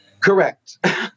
Correct